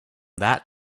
that